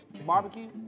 barbecue